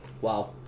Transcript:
Wow